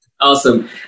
awesome